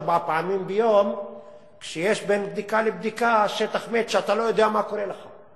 ארבע פעמים ביום כשיש בין בדיקה לבדיקה שטח מת שאתה לא יודע מה קורה לך.